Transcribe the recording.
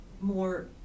more